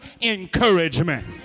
encouragement